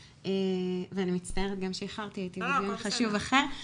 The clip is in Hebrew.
ואני מצטערת שאיחרתי, הייתי בדיון חשוב אחר.